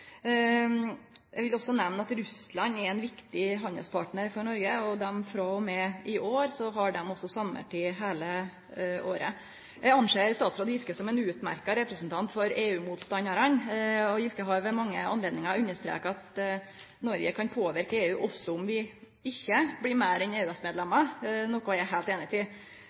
Eg vil også nemne at Russland er ein viktig handelspartnar for Noreg, og frå og med i år har dei også sommartid heile året. Eg ser på statsråd Giske som ein utmerkt representant for EU-motstandarane. Giske har ved mange anledningar understreka at Noreg kan påverke EU, også om vi ikkje blir meir enn EØS-medlemmer. Det er noko eg er heilt einig